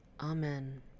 Amen